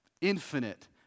infinite